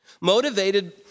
Motivated